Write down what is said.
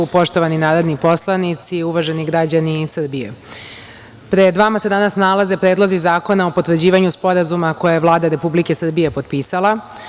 Poštovani narodni poslanici, uvaženi građani Srbije, pred vama se danas nalaze predlozi zakona o potvrđivanju sporazuma koje je Vlada Republike Srbije potpisala.